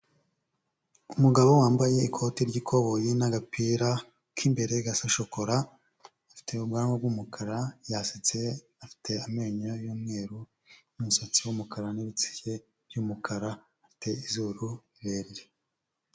Umugabo wambaye ikoti ry'ikoboyi n'agapira k'imbere gasa shokora, afite ubwanwa bw'umukara yasetse, afite amenyo y'umweru n'umusatsi w'umukara, n'ibitsike by'umukara, afite izuru rirerire.